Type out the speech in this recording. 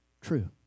true